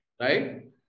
Right